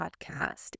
podcast